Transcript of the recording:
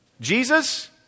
Jesus